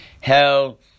hell